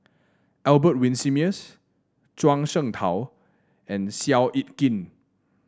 Albert Winsemius Zhuang Shengtao and Seow Yit Kin